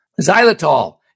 Xylitol